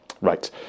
right